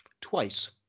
twice